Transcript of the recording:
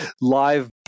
live